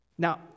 Now